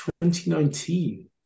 2019